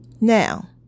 now